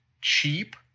cheap